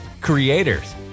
creators